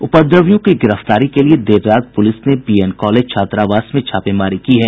उपद्रवियों की गिरफ्तारी के लिए देर रात पुलिस ने बी एन कॉलेज छात्रावास में छापेमारी की है